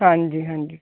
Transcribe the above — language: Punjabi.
ਹਾਂਜੀ ਹਾਂਜੀ